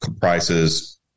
prices